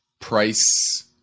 price